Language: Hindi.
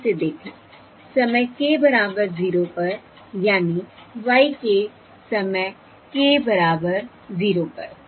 अब इसे देखें समय k बराबर 0 पर यानी y k समय k बराबर 0 पर